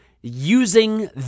using